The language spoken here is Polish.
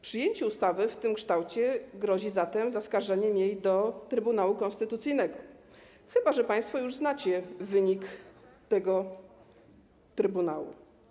Przyjęcie ustawy w tym kształcie grozi zatem zaskarżeniem jej do Trybunału Konstytucyjnego, chyba że państwo już znacie wyrok tego trybunału.